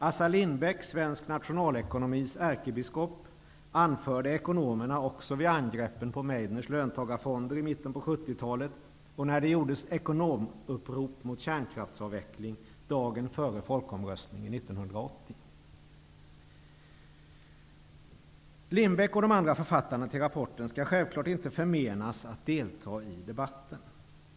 Assar Lindbeck -- svensk nationalekonomis ärkebiskop -- anförde ekonomerna också vid angreppen på Meidners löntagarfonder i mitten av 70-talet och när det gjordes ekonomupprop mot kärnkraftsavveckling dagen före folkomröstningen 1980. Lindbeck och de andra författarna till rapporten skall självfallet inte förmenas att delta i debatten.